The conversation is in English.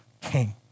king